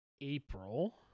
April